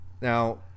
now